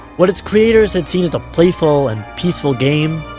what its creators had seen as a playful and peaceful game,